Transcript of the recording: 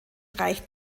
reicht